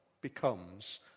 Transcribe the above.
becomes